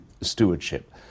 stewardship